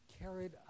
carried